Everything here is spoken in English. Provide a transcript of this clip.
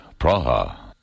Praha